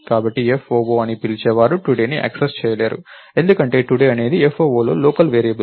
కాబట్టి foo అని పిలిచే వారు టుడే ని యాక్సెస్ చేయలేరు ఎందుకంటే టుడే అనేది fooలో లోకల్ వేరియబుల్